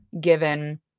given